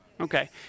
Okay